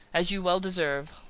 as you well deserve,